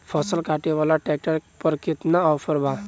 फसल काटे वाला ट्रैक्टर पर केतना ऑफर बा?